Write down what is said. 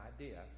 idea